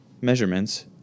measurements